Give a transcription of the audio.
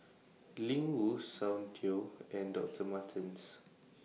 Ling Wu Soundteoh and Doctor Martens